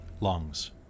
lungs